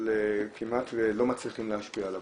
אבל לא מצליחים להשפיע עליו.